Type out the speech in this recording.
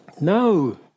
no